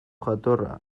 jatorra